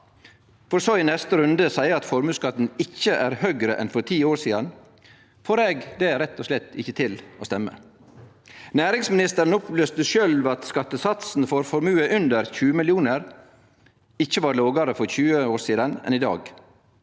for så i neste runde å seie at formuesskatten ikkje er høgare enn for 10 år sidan, får eg det rett og slett ikkje til å stemme. Næringsministeren opplyste sjølv at skattesatsen for formue under 20 mill. kr ikkje var lågare for 20 år sidan enn i dag,